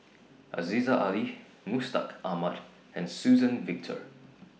Aziza Ali Mustaq Ahmad and Suzann Victor